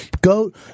Goat